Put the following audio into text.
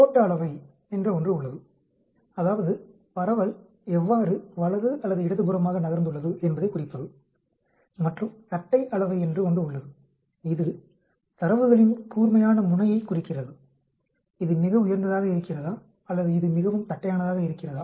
கோட்ட அளவை என்று ஒன்று உள்ளது அதாவது பரவல் எவ்வாறு வலது அல்லது இடதுபுறமாக நகர்ந்துள்ளது என்பதை குறிப்பது மற்றும் தட்டை அளவை என்று ஒன்று உள்ளது இது தரவுகளின் கூர்மையான முனையைக் குறிக்கிறது இது மிக உயர்ந்ததாக இருக்கிறதா அல்லது இது மிகவும் தட்டையானதாக இருக்கிறதா